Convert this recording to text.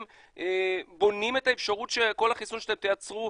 את בונים לקראת האפשרות שהחיסון שאתם מייצרים,